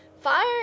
fire